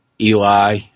Eli